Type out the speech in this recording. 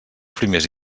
primers